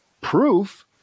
proof